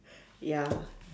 ya